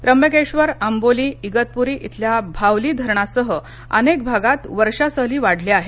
त्यंबकेश्वर आंबोली इगतपूरी इथल्या भावली धारणासह अनेक भागात वर्षा सहली वाढल्या आहेत